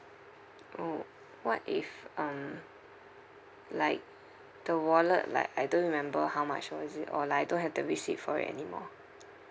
oh what if um like the wallet like I don't remember how much was it or like I don't have the receipt for it anymore